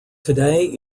today